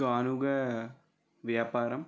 గానుగ వ్యాపారం